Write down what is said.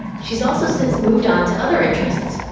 she's also since moved onto other interests.